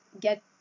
get